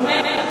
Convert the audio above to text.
הוא אומר.